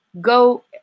go